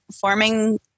forming